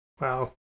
Wow